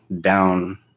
down